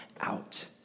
out